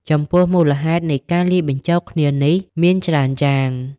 ចំពោះមូលហេតុនៃការលាយបញ្ចូលគ្នានេះមានច្រើនយ៉ាង។